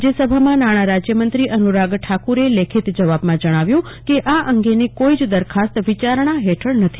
રાજ્યસભામાં નાણા રાજ્યમંત્રી અનુરાજ ઠાકુરે લેખિતમાં જવાબમાં જણાવ્યું કે આ અંગેની કોઈ જ દરખાસ્ત વિચારણા હેઠળ નથી